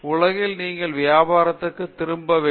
பேராசிரியர் பிரதாப் ஹரிதாஸ் வியாபாரத்திற்கு திரும்பிப் பார் சரி